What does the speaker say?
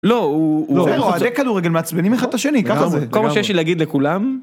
לא הוא... אוהדי כדורגל מעצבנים אחד את השני, כל מה שיש לי להגיד לכולם..